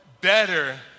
better